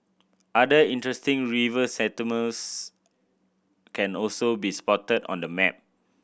other interesting river settlements can also be spotted on the map